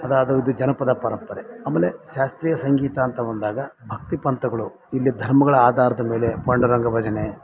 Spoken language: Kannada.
ಅದಾದ ಉದ ಜನಪದ ಪರಂಪರೆ ಆಮೇಲೆ ಶಾಸ್ತ್ರೀಯ ಸಂಗೀತ ಅಂತ ಬಂದಾಗ ಭಕ್ತಿ ಪಂಥಗಳು ಇಲ್ಲಿ ಧರ್ಮಗಳ ಆಧಾರದ ಮೇಲೆ ಪಾಂಡುರಂಗ ಭಜನೆ